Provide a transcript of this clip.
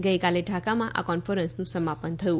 ગઈકાલે ઢાંકામાં આ કોન્ફરન્સનું સમાપન થયું